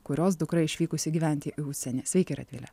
kurios dukra išvykusi gyventi į užsienį sveiki radvile